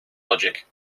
logic